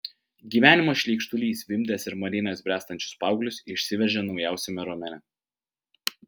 gyvenimo šleikštulys vimdęs ir marinęs bręstančius paauglius išsiveržė naujausiame romane